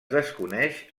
desconeix